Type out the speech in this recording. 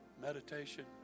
meditation